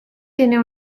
tiene